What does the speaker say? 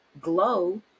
Glow